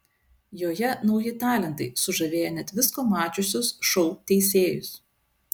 joje nauji talentai sužavėję net visko mačiusius šou teisėjus